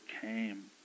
came